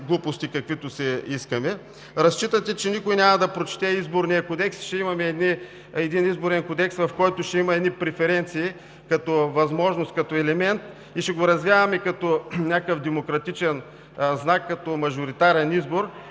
каквито си искаме. Разчитате, че никой няма да прочете Изборния кодекс и ще имаме един Изборен кодекс, в който ще има едни преференции като възможност, като елемент, и ще го развяваме като някакъв демократичен знак, като мажоритарен избор,